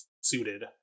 suited